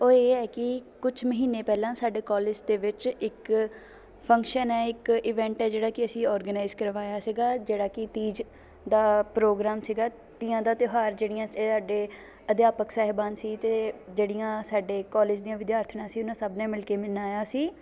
ਉਹ ਇਹ ਹੈ ਕਿ ਕੁਝ ਮਹੀਨੇ ਪਹਿਲਾਂ ਸਾਡੇ ਕੋਲਿਜ ਦੇ ਵਿੱਚ ਇੱਕ ਫੰਕਸ਼ਨ ਹੈ ਇੱਕ ਈਵੈਂਟ ਹੈ ਜਿਹੜਾ ਕਿ ਅਸੀਂ ਔਰਗਨਾਈਜ਼ ਕਰਵਾਇਆ ਸੀਗਾ ਜਿਹੜਾ ਕਿ ਤੀਜ ਦਾ ਪ੍ਰੋਗਰਾਮ ਸੀਗਾ ਤੀਆਂ ਦਾ ਤਿਉਹਾਰ ਜਿਹੜੀਆਂ ਸਾਡੇ ਅਧਿਆਪਕ ਸਾਹਿਬਾਨ ਸੀ ਅਤੇ ਜਿਹੜੀਆਂ ਸਾਡੇ ਕੋਲਿਜ ਦੀਆਂ ਵਿਦਿਆਰਥਣਾਂ ਸੀ ਉਹਨਾਂ ਸਭ ਨੇ ਮਿਲ ਕੇ ਮਨਾਇਆ ਸੀ